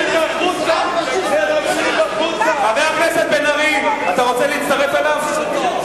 חבר הכנסת בן-ארי, אתה רוצה להצטרף אליו?